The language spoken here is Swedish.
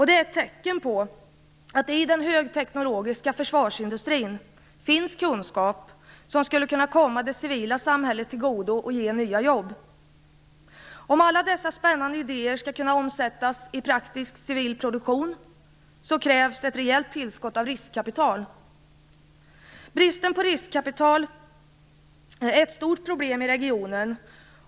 Det är ett tecken på att det i den högteknologiska försvarsindustrin finns kunskap som skulle kunna komma det civila samhället till godo och ge nya jobb. För att alla dessa spännande idéer skall kunna omsättas i praktiskt civil produktion, krävs det ett rejält tillskott av riskkapital. Bristen på riskkapital är ett stort problem i regionen.